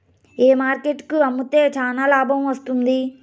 ఏ market కు అమ్మితే చానా లాభం వస్తుంది?